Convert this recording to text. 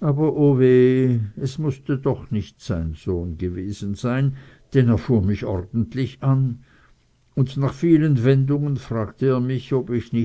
aber o weh es mußte doch nicht sein sohn gewesen sein denn er fuhr mich ordentlich an und nach vielen wendungen fragte er mich ob ich